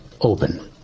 open